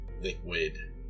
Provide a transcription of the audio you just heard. liquid